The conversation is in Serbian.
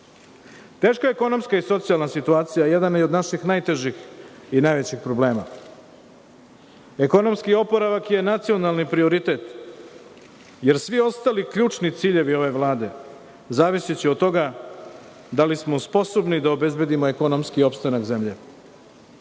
ekonomska i socijalna situacija jedan je od naših najtežih i najvećih problema. Ekonomski oporavak je nacionalni prioritet, jer svi ostali ključni ciljevi ove Vlade zavisiće od toga da li smo sposobni da obezbedimo ekonomski opstanak zemlje.